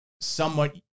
somewhat